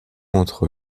entre